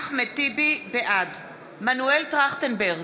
בעד מנואל טרכטנברג,